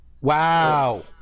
Wow